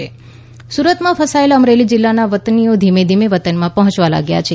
Amreli checkpost સુરતમાં ફસાચેલા અમરેલી જીલ્લાના વતનીઓ ધીમે ધીમે વતનમાં પહોંચવા લાગ્યા છે